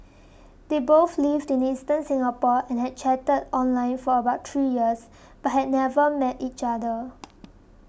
they both lived in eastern Singapore and had chatted online for about three years but had never met each other